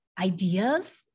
ideas